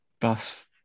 bus